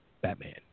Batman